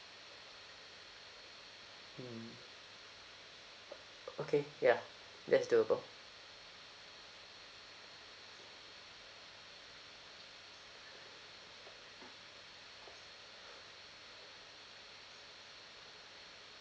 mm okay ya that's doable